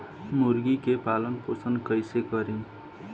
मुर्गी के पालन पोषण कैसे करी?